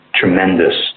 tremendous